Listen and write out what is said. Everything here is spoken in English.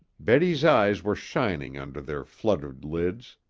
betty's eyes were shining under their fluttering lids.